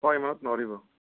ছয় মানত নোৱাৰিব